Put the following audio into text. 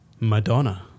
Madonna